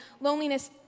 loneliness